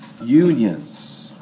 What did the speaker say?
unions